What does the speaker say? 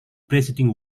preceding